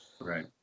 Right